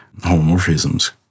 homomorphisms